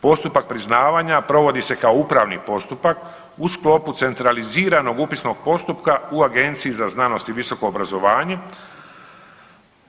Postupak priznavanja provodi se kao upravni postupak u sklopu centraliziranog upisnog postupka u Agenciji za znanost i visoko obrazovanje,